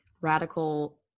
Radical